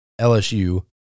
LSU